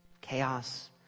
chaos